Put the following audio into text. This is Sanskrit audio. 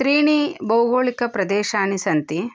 त्रीणि भौगोलिकप्रदेशानि सन्ति